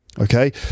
Okay